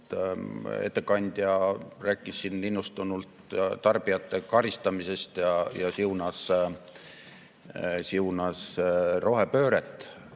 Ettekandja rääkis siin innustunult tarbijate karistamisest ja siunas rohepööret.